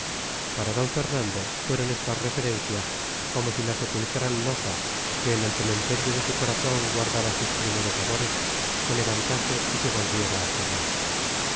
para d fernando fueron estas referencias como si la sepulcral losa que en el cementerio de su corazón guardaba sus primeros amores se levantase y se volviera a cerrar